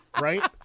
Right